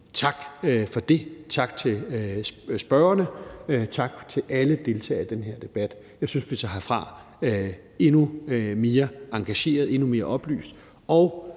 Tak for det, tak til spørgerne, tak til alle deltagere i den her debat. Jeg synes, vi tager herfra endnu mere engagerede, endnu